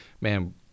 man